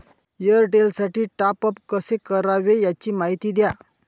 एअरटेलसाठी टॉपअप कसे करावे? याची माहिती द्या